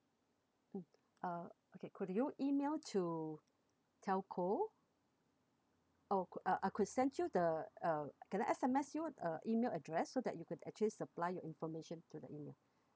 mm uh okay could you email to telco oh I I could send you the uh can I S_M_S you uh email address so that you could actually supply your information through the email